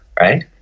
right